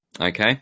Okay